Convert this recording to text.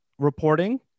reporting